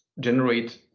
generate